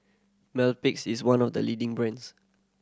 Mepilex is one of the leading brands